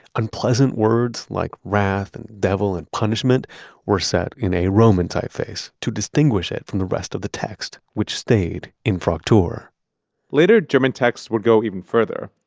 unpleasant words like wrath and devil and punishment were set in a roman typeface to distinguish it from the rest of the text, which stayed in fraktur later, german texts would go even further,